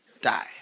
die